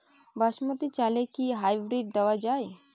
বাসমতী চালে কি হাইব্রিড দেওয়া য়ায়?